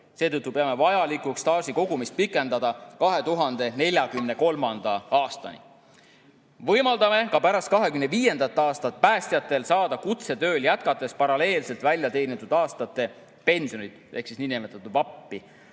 Seetõttu peame vajalikuks staaži kogumist pikendada 2043. aastani. Võimaldame ka pärast 2025. aastat päästjatel saada kutsetööl jätkates paralleelselt väljateenitud aastate pensioni ehk niinimetatud VAP‑i.